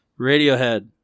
Radiohead